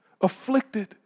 afflicted